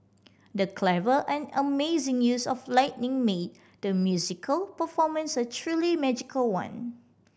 the clever and amazing use of lighting made the musical performance a truly magical one